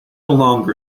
longer